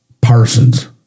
Parsons